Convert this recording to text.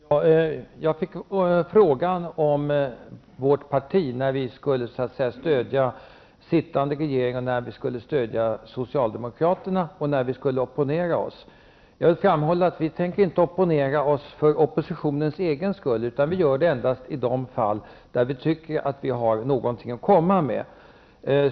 Herr talman! Jag fick frågan om när vårt parti avser att stödja den sittande regeringen, när vi avser att stödja socialdemokraterna och när vi tänker opponera oss. Jag framhåller att vi inte tänker opponera oss för opponerandets egen skull. Vi kommer endast att göra det i de fall då vi tycker att vi har något att komma med.